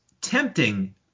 tempting